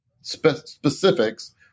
specifics